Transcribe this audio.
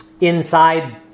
inside